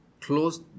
close